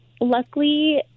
Luckily